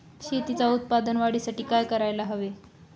शेतीच्या उत्पादन वाढीसाठी काय करायला हवे?